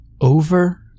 Over